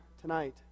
tonight